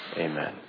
Amen